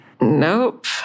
Nope